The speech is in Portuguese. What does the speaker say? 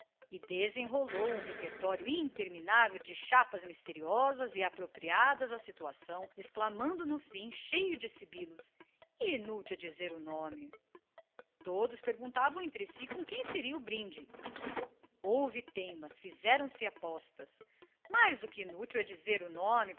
desenrolou um repertório interminável de fórmulas misteriosas apropriadas à situação exclamando no fim cheio de sibilos inútil é dizer o nome todos perguntavam entre si com quem seria o brinde houve teimas fizeram-se apostas mais do que inútil é dizer o nome